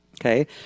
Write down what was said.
Okay